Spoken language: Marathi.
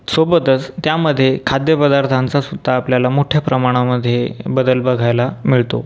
सोबतच त्यामधे खाद्यपदार्थांचासुद्धा आपल्याला मोठ्या प्रमाणामधे बदल बघायला मिळतो